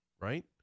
right